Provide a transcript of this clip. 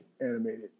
animated